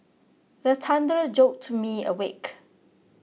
the thunder jolt me awake